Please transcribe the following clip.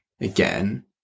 again